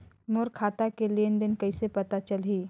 मोर खाता के लेन देन कइसे पता चलही?